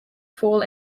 fall